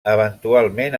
eventualment